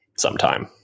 sometime